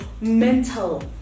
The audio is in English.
mental